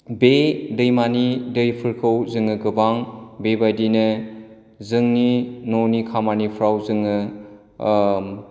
बे दैमानि दैफोरखौ जोङो गोबां बेबायदिनो जोंनि न'नि खामनिफोराव जोङो